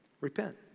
repent